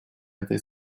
этой